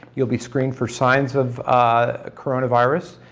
you'll be screened for signs of coronavirus,